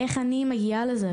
איך אני מגיעה לזה?